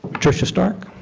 patricia stark.